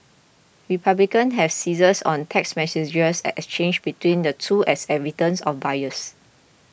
republicans have seized on text messages exchanged between the two as evidence of bias